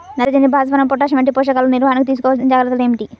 నత్రజని, భాస్వరం, పొటాష్ వంటి పోషకాల నిర్వహణకు తీసుకోవలసిన జాగ్రత్తలు ఏమిటీ?